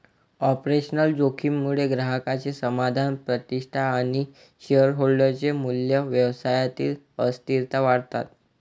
operational जोखीम मुळे ग्राहकांचे समाधान, प्रतिष्ठा आणि शेअरहोल्डर चे मूल्य, व्यवसायातील अस्थिरता वाढतात